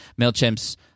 MailChimp's